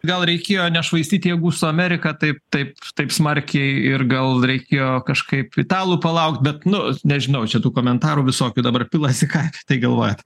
gal reikėjo nešvaistyt jėgų su amerika taip taip taip smarkiai ir gal reikėjo kažkaip italų palaukt bet nu nežinau čia tų komentarų visokių dabar pilasi ką tai galvojat